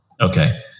Okay